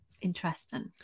interesting